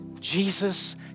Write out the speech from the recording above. Jesus